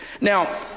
Now